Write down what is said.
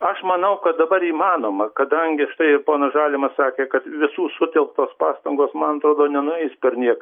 aš manau kad dabar įmanoma kadangi štai ponas žalimas sakė kad visų sutelktos pastangos man atrodo nenueis perniek